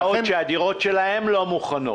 מה עוד שהדירות שלהם לא מוכנות.